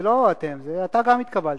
זה לא אתם, גם אתה התקבלת,